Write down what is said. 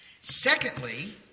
Secondly